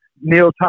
Neil